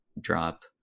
drop